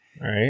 right